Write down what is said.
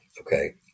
okay